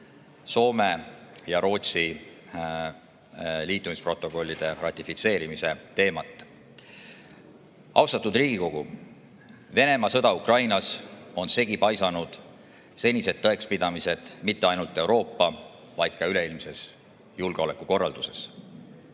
Soome ja Rootsi liitumisprotokollide ratifitseerimise teemat. Austatud Riigikogu! Venemaa sõda Ukrainas on segi paisanud senised tõekspidamised mitte ainult Euroopa, vaid ka üleilmses julgeolekukorralduses.